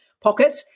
pocket